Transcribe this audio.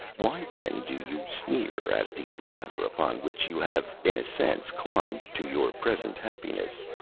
why, then, do you sneer at the ladder upon which you have in a sense climbed to your present happiness?